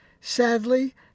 Sadly